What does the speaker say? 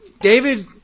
David